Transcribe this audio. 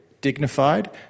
dignified